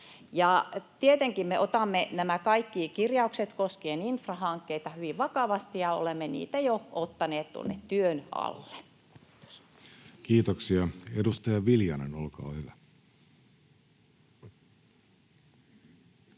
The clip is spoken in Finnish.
tietenkin me otamme nämä kaikki kirjaukset koskien infrahankkeita hyvin vakavasti, ja olemme niitä jo ottaneet tuonne työn alle. [Speech